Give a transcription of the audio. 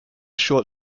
short